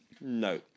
no